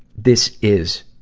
this is,